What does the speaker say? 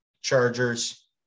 Chargers